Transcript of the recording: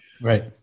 Right